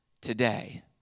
today